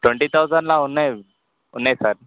twenty థౌసండ్లో ఉన్నాయి ఉన్నాయి సార్